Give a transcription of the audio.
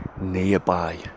nearby